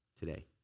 today